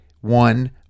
one